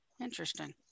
interesting